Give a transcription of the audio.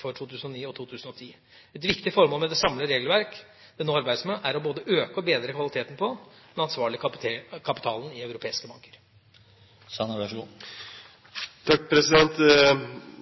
for 2009 og 2010. Et viktig formål med det samlede regelverk det nå arbeides med, er både å øke og bedre kvaliteten på den ansvarlige kapitalen i europeiske banker. Nå er dette finansministerens område, så